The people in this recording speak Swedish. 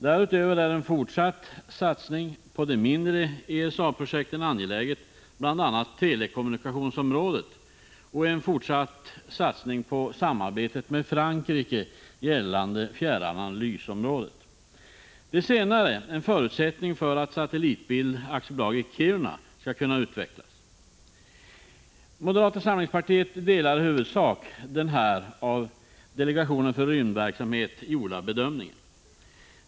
Därutöver är det angeläget med en fortsatt satsning på de mindre ESA projekten, bl.a. på telekommunikationsområdet, och en fortsatt satsning på samarbetet med Frankrike gällande fjärranalysområdet. Det senare är en förutsättning för att Satellitbild AB i Kiruna skall kunna utvecklas. Moderata samlingspartiet delar i huvudsak den här av delegationen för rymdverksamhet gjorda bedömningen.